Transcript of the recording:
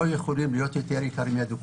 לא יכול להיות שלא נחיה בדו-קיום.